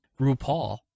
RuPaul